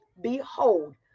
Behold